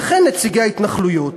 וכן נציגי ההתנחלויות.